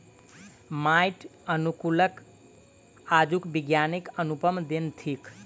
माइट अनुकूलक आजुक विज्ञानक अनुपम देन थिक